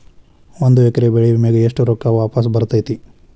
ಒಂದು ಎಕರೆ ಬೆಳೆ ವಿಮೆಗೆ ಎಷ್ಟ ರೊಕ್ಕ ವಾಪಸ್ ಬರತೇತಿ?